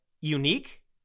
unique